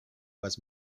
was